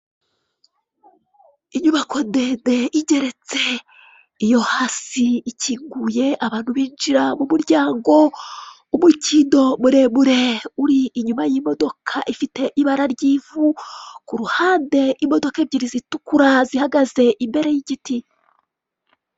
Inyubako ndende igeretse iyo hasi ikinguye abantu binjira mu muryango. Umukindo muremure uri inyuma y' imodoka ifite ibara ry' ivu, ku ruhande imodoka ebyiri zitukura zihagaze imbere y' igiti.